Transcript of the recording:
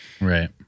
Right